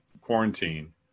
quarantine